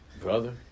brother